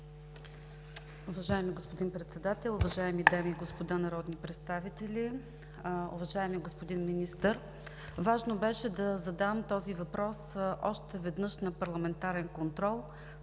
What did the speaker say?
Уважаеми господин Председател, уважаеми дами и господа народни представители! Уважаеми господин Министър, важно беше да задам този въпрос още веднъж на парламентарен контрол